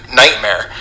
nightmare